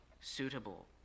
suitable